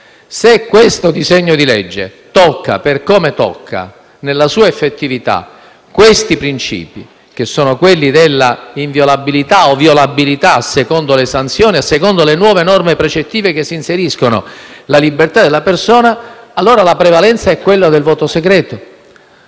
Se questo disegno di legge tocca, come tocca, nella sua effettività, questi princìpi, che sono quelli della inviolabilità o violabilità, secondo le sanzioni e le nuove norme precettive che si inseriscono, della libertà della persona, allora la prevalenza è quella del voto segreto.